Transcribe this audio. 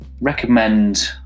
recommend